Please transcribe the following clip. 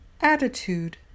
attitude